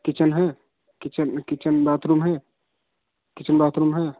kitchen है kitchen kitchen bathroom है kitchen bathroom है